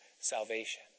salvation